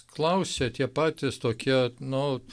klausia tie patys tokie nu